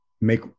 make